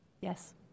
Yes